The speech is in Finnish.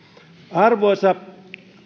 arvoisa